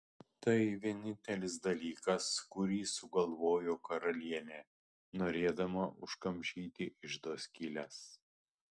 tai vienintelis dalykas kurį sugalvojo karalienė norėdama užkamšyti iždo skyles